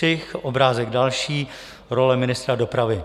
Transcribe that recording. Střih, obrázek další: role ministra dopravy.